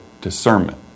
discernment